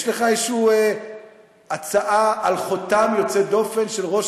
יש לך איזושהי הצעה לחותם יוצא דופן של ראש